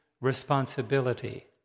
responsibility